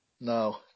No